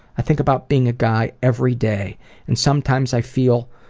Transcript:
i think about being a guy every day and sometimes i feel